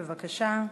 בבקשה.